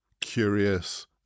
curious